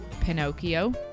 Pinocchio